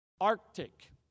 Arctic